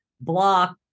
Block